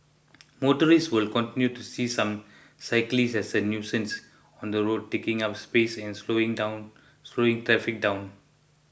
motorists will continue to see some cyclists as a nuisance on the road taking up space and slowing down slowing traffic down